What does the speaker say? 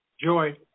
Joy